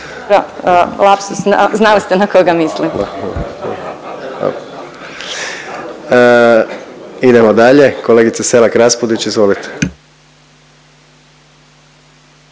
Lapsus, znali ste na koga mislim./…. Idemo dalje, kolegice Selak Raspudić izvolite.